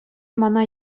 мана